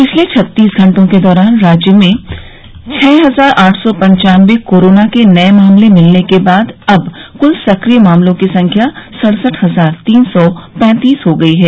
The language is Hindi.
पिछले छत्तीस घंटों के दौरान राज्य में छः हजार आठ सौ पन्चानबे कोरोना के नये मामले मिलने के बाद अब क्ल सक्रिय मामलों की संख्या सड़सठ हजार तीन सौ पैंतीस हो गई है